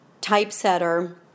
typesetter